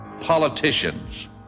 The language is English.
Politicians